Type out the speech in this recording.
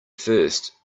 first